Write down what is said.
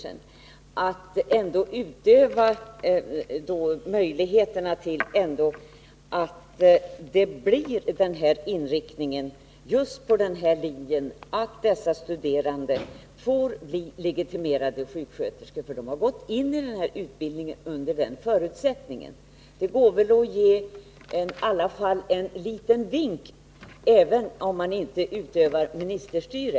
Men det finns väl möjlighet, Gertrud Sigurdsen, att påverka inriktningen just på den linje det här gäller så att de studerande kan bli legitimerade sjuksköterskor, ty de har påbörjat denna utbildning under den förutsättningen. Det går väl i alla fall att ge en liten vink, även om man inte utövar ministerstyre?